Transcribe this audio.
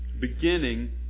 beginning